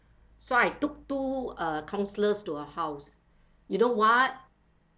so I took two uh counsellors to her house you know what